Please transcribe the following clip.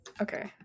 Okay